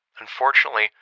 Unfortunately